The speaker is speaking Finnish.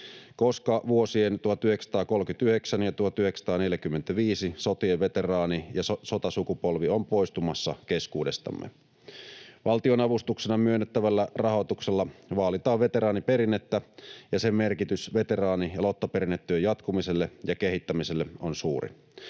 koska vuosien 1939—1945 sotien veteraani- ja sotasukupolvi on poistumassa keskuudestamme. Valtionavustuksena myönnettävällä rahoituksella vaalitaan veteraaniperinnettä, ja sen merkitys veteraani- ja lottaperinnetyön jatkumiselle ja kehittämiselle on suuri.